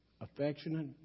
affectionate